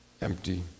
empty